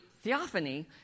theophany